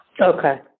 Okay